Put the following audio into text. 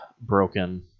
Broken